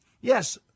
Yes